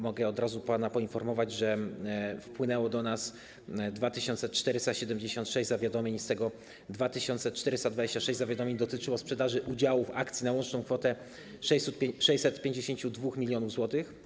Mogę od razu pana poinformować, że wpłynęło do nas 2476 zawiadomień, z tego 2426 zawiadomień dotyczyło sprzedaży udziałów akcji na łączną kwotę 652 mln zł.